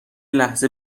لحظه